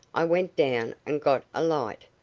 i went down and got a light.